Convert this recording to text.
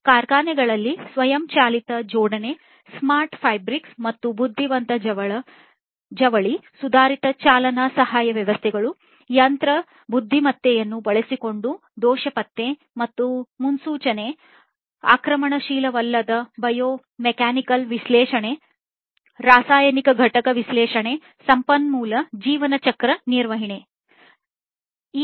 ಕಾರ್ಖಾನೆಗಳಲ್ಲಿ ಸ್ವಯಂಚಾಲಿತ ಜೋಡಣೆ ಸ್ಮಾರ್ಟ್ ಫ್ಯಾಬ್ರಿಕ್ ಮತ್ತು ಬುದ್ಧಿವಂತ ಜವಳಿ ಸುಧಾರಿತ ಚಾಲನಾ ಸಹಾಯ ವ್ಯವಸ್ಥೆಗಳು ಯಂತ್ರ ಬುದ್ಧಿಮತ್ತೆಯನ್ನು ಬಳಸಿಕೊಂಡು ದೋಷ ಪತ್ತೆ ಮತ್ತು ಮುನ್ಸೂಚನೆ ಆಕ್ರಮಣಶೀಲವಲ್ಲದ ಬಯೋಮೆಕಾನಿಕಲ್ ವಿಶ್ಲೇಷಣೆ ರಾಸಾಯನಿಕ ಘಟಕ ವಿಶ್ಲೇಷಣೆ ಸಂಪನ್ಮೂಲ ಜೀವನಚಕ್ರ ನಿರ್ವಹಣೆ ಆಗಿವೆ